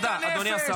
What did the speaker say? אדוני.